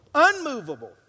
Unmovable